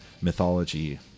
mythology